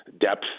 depth